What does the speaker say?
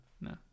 No